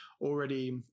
already